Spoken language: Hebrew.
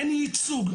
אין ייצוג.